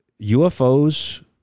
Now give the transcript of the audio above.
UFOs